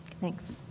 Thanks